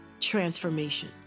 transformation